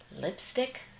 lipstick